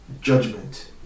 judgment